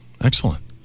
Excellent